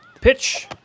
Pitch